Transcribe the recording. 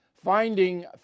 Finding